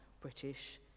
British